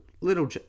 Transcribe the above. little